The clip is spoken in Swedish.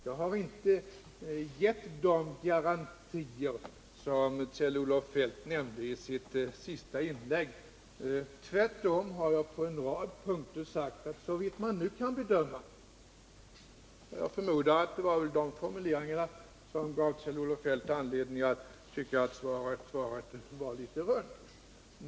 Jag har inte givit de garantier som Kjell-Olof Feldt nämnde i sitt senaste inlägg. Tvärtom har jag på en rad punkter sagt ”såvitt nu kan bedömas”. Jag förmodar att det var de formuleringarna som gjorde att Kjell-Olof Feldt tyckte att svaret var litet ”runt”.